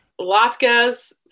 Latkes